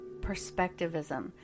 perspectivism